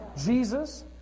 Jesus